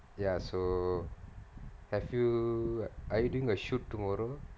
ya so have you are you doing a shoot tomorrow